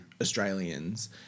Australians